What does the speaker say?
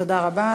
תודה רבה.